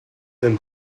and